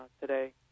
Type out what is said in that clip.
today